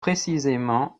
précisément